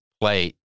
play